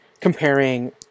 comparing